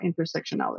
intersectionality